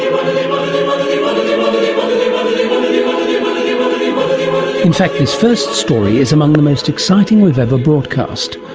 um in fact this first story is among the most exciting we've ever broadcast,